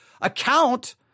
account